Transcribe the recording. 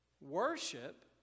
worship